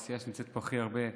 הסיעה שנמצאת פה הכי הרבה,